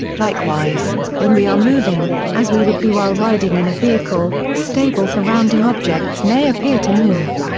likewise, when we are moving, as we would be while riding in a vehicle, stable surrounding objects may appear to move.